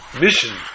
mission